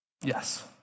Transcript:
Yes